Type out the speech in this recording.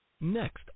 Next